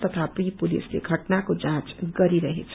तथापि पुलिसले घटनाको जाँच गरिरहेछ